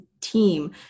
team